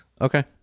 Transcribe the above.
Okay